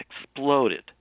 exploded